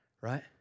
Right